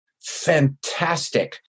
fantastic